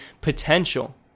potential